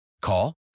Call